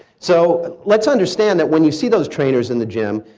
so let's understand that when you see those trainers in the gym,